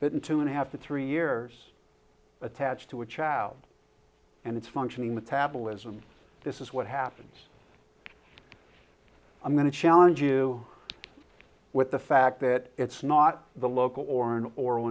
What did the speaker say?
that in two and a half to three years attached to a child and its functioning metabolism this is what happens i'm going to challenge you with the fact that it's not the local or an oral